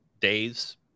days